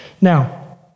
Now